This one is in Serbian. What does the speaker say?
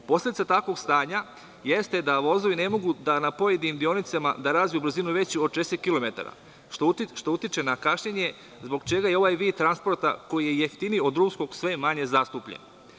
Posledica takvog stanja jeste da vozovi ne mogu na pojedinim deonicama da razviju brzinu veću od 40 kilometara, što utiče na kašnjenje, zbog čega je ovaj vid transporta, koji je jeftiniji od drumskog, sve manje zastupljen.